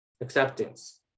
acceptance